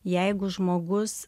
jeigu žmogus